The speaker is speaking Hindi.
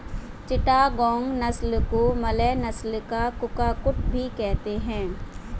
चिटागोंग नस्ल को मलय नस्ल का कुक्कुट भी कहते हैं